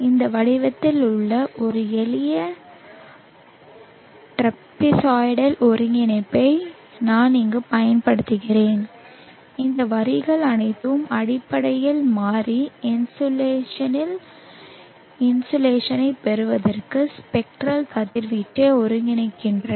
இந்த வடிவத்தில் உள்ள ஒரு எளிய ட்ரெப்சாய்டல் ஒருங்கிணைப்பை நான் இங்கு பயன்படுத்தினேன் இந்த வரிகள் அனைத்தும் அடிப்படையில் மாறி இன்சோலில் இன்சோலேஷனைப் பெறுவதற்கு ஸ்பெக்ட்ரல் கதிர்வீச்சை ஒருங்கிணைக்கின்றன